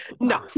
no